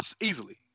Easily